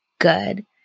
good